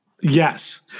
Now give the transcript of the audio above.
Yes